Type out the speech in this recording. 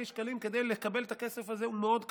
השקלים כדי לקבל את הכסף הזה הוא מאוד קטן.